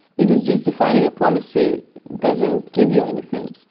because just defining a policy doesn't give you anything.